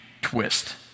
twist